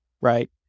Right